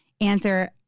answer